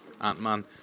Ant-Man